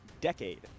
decade